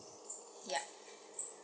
yup